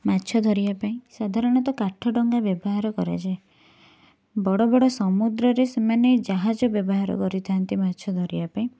ମାଛ ଧରିବା ପାଇଁ ସାଧାରଣତଃ କାଠ ଡଙ୍ଗା ବ୍ୟବହାର କରାଯାଏ ବଡ଼ ବଡ଼ ସମୁଦ୍ରରେ ସେମାନେ ଜାହାଜ ବ୍ୟବହାର କରିଥାନ୍ତି ମାଛ ଧରିବା ପାଇଁ